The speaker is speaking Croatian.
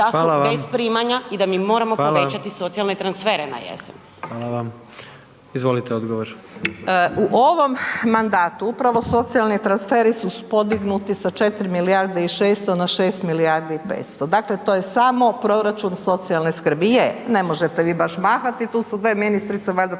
da su bez primanja i da mi moramo povećati socijalne transfere na jesen. **Jandroković, Gordan (HDZ)** Izvolite odgovor. **Murganić, Nada (HDZ)** U ovom mandatu upravo socijalni transferi su podignuti sa 4 milijarde i 600 na 6 milijardi i 500, dakle to je samo proračun socijalne skrbi. Je, ne možete baš mahati tu su dvije ministrice valjda